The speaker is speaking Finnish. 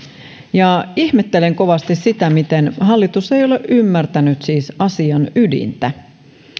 ja ihmettelen kovasti sitä miten hallitus ei siis ole ymmärtänyt asian ydintä